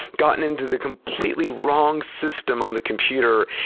gotten into the completely wrong system on the computer,